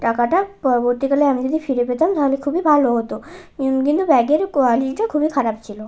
টাকাটা পরবর্তীকালে আমি যদি ফিরে পেতাম তাহলে খুবই ভালো হতো কিন্তু ব্যাগের কোয়ালিটিটা খুবই খারাপ ছিল